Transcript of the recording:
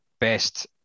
best